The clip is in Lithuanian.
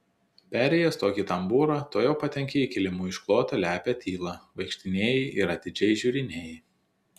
perėjęs tokį tambūrą tuojau patenki į kilimu išklotą lepią tylą vaikštinėji ir atidžiai žiūrinėji